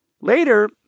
Later